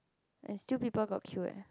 and still people got queue leh